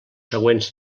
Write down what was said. següents